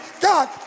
God